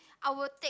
I would take